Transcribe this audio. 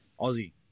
Aussie